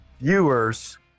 viewers